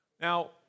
Now